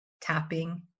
tapping